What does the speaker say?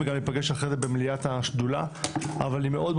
וגם להיפגש אחרי זה במליאת השדולה,